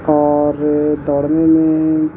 اور دوڑنے میں